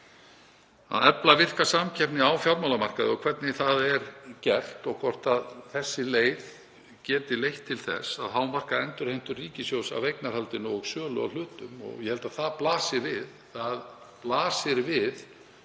að efla virka samkeppni á fjármálamarkaði og hvernig það er gert og hvort þessi leið geti leitt til þess að hámarka endurheimtur ríkissjóðs af eignarhaldinu og sölu á hlutum. Ég held að það blasi við.